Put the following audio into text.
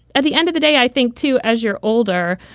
at the end of the day, i think to as you're older,